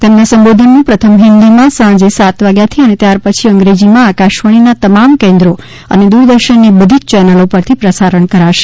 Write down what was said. તેમના સંબોધનનુ પ્રથમ ફિન્દીમાં સાંજે સાત વાગ્યાથી અને ત્યારપછી અગ્રેંજીમાં આકાશવાણીના તમામ કેન્દ્રો અને દૂરદર્શનની બધી જ ચેનલો પરથી પ્રસારણ કરવામાં આવશે